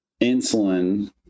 insulin